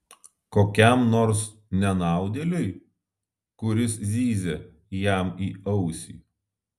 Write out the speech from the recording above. kokiam nors nenaudėliui kuris zyzia jam į ausį